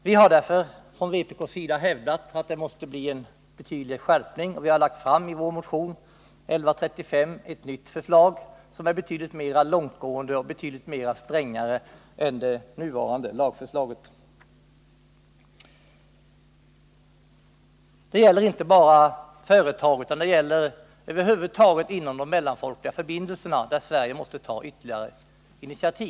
Vi har därför från vpk hävdat att det måste bli en betydande skärpning, och vi har i motion 1135 lagt fram ett förslag till ny lag som är betydligt strängare och mera långtgående än den nuvarande lagen. Men vår motion berör inte bara företag utan över huvud taget de mellanfolkliga förbindelserna, där Sverige måste ta ytterligare initiativ.